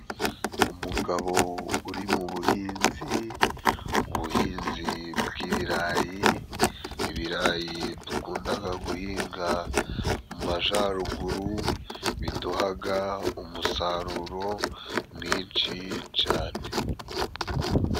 Umugabo uri mu buhinzi ubuhinzi bw'ibirayi, ibirayi dukundaga guhinga mu majaruguru biduhaga umusaruro mwinshi cane.